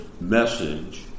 message